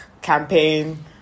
campaign